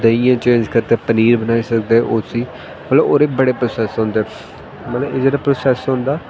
देहियें च चेंज करी सकदे पनीर बनाई सकदे उसी मतलब ओह्दे बड़े प्रासैस होंदे मतलब एह् जेह्ड़ा प्रासैस होंदा